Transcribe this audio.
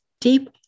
deep